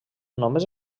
només